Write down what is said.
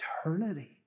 eternity